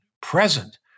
present